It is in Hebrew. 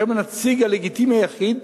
שהם הנציג הלגיטימי היחיד,